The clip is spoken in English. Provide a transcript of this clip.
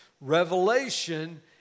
Revelation